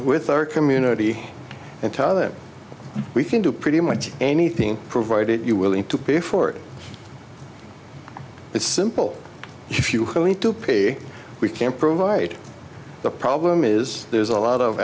with our community and tother we can do pretty much anything provided you willing to pay for it it's simple if you hire me to pay we can provide the problem is there's a lot of